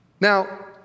Now